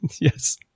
Yes